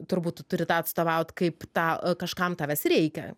turbūt tu turi tą atstovaut kaip tą kažkam tavęs reikia